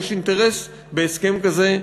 יש אינטרס בהסכם כזה,